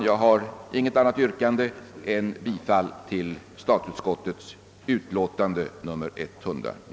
Jag har inget annat yrkande än bifall till utskottets hemställan.